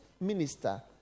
minister